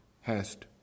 hast